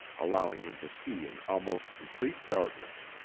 allowing him to see in almost complete darkness.